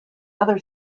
other